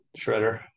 shredder